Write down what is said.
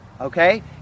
okay